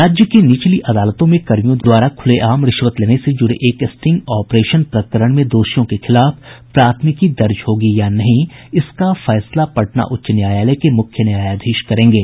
राज्य की निचली अदालतों में कर्मियों द्वारा खूलेआम रिश्वत लेने से जूड़े एक स्टिंग ऑपरेशन प्रकरण में दोषियों के खिलाफ प्राथमिकी दर्ज होगी या नहीं इसका फैसला पटना उच्च न्यायालय के मुख्य न्यायाधीश करेंगे